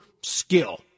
skill